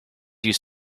used